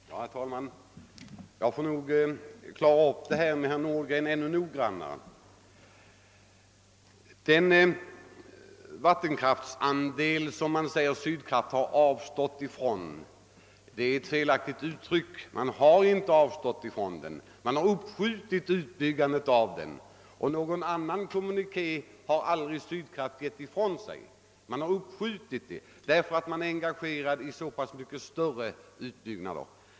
Herr talman! Jag måste nog klara upp detta med herr Nordgren ännu noggrannare. Det är felaktigt att säga att Sydkraft har avstått från en vattenkraftsandel. Man har inte avstått ifrån den, utan man har uppskjutit utbyggnaden av den. Någon annan kommuniké har inte lämnats från Sydkraft. Utbyggnaden har uppskjutits därför att man är engagerad i så mycket större utbyggnader.